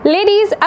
Ladies